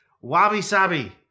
Wabi-sabi